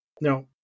No